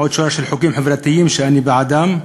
עוד שורה של חוקים חברתיים שאני בעדם.